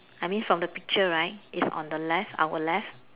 I mean from the picture right it's on the left our left